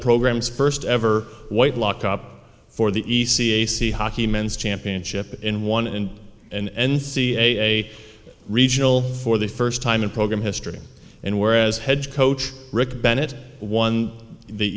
program's first ever white lock up for the e c a c hockey men's championship in one and an n c a a regional for the first time in program history and where as head coach rick bennett won the